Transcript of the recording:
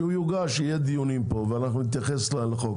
כשהוא יוגש יהיו פה דיונים ואנחנו נתייחס לחוק.